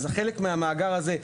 אז חלק מהמאגר הזה,